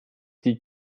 die